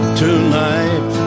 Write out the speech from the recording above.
tonight